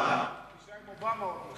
יש פגישה עם אובמה עוד מעט.